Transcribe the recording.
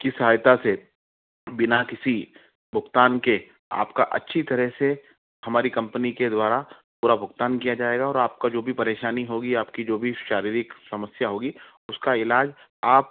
की सहायता से बिना किसी भुगतान के आप का अच्छी तरह से हमारी कंपनी के द्वारा पूरा भुगतान किया जाएगा और आप का जो भी परेशानी होगी आपकी जो भी शारीरक समस्या होगी उसका इलाज आप